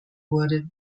wurde